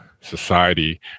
society